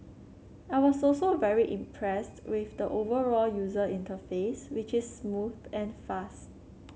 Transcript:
I was also very impressed with the overall user interface which is smooth and fast